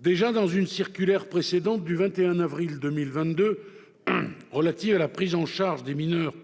Déjà, dans une circulaire du 21 avril 2022 relative à la prise en charge des mineurs